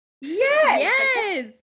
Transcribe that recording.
Yes